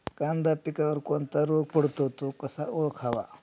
कांदा पिकावर कोणता रोग पडतो? तो कसा ओळखावा?